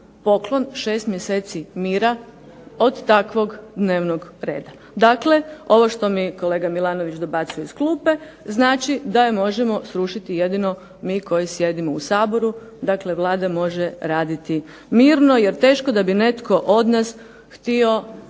poklon 6 mjeseci mira od takvog dnevnog reda. Dakle ovo što mi kolega Milanović dobacuje iz klupe znači da je možemo srušiti jedino mi koji sjedimo u Saboru, dakle Vlada može raditi mirno jer teško da bi netko od nas htio